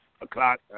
o'clock